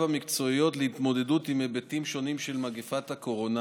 המקצועיות להתמודדות עם היבטים שונים של מגפת הקורונה,